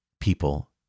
people